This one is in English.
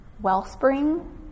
Wellspring